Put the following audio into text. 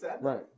Right